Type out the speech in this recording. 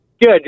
Good